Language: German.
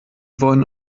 wollen